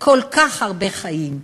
כל כך הרבה חיים.